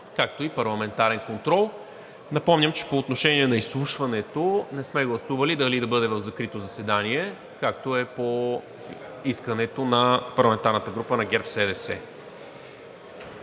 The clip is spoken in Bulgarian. на Народното събрание. Напомням, че по отношение на изслушването не сме гласували дали да бъде в закрито заседание, както е искането на парламентарната група на ГЕРБ-СДС.